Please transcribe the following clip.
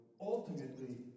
ultimately